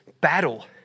battle